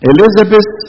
Elizabeth